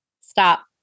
Stop